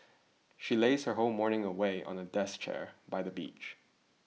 she lays her whole morning away on the desk chair by the beach